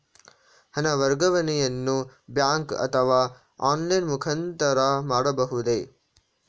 ಹಣ ವರ್ಗಾವಣೆಯನ್ನು ಬ್ಯಾಂಕ್ ಅಥವಾ ಆನ್ಲೈನ್ ಮುಖಾಂತರ ಮಾಡಬಹುದೇ?